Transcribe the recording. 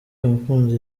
mukunzi